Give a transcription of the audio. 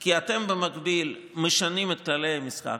כי אתם במקביל משנים את כללי המשחק,